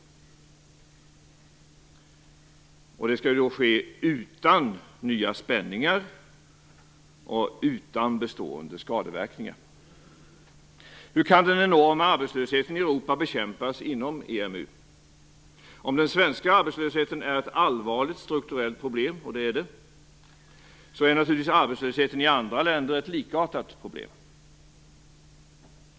Dessutom skall allt detta ske utan nya spänningar och utan bestående skadeverkningar. Hur kan den enorma arbetslösheten i Europa bekämpas inom EMU? Om den svenska arbetslösheten är ett allvarligt strukturellt problem, vilket den är, så är naturligtvis arbetslösheten i andra länder ett likartat problem.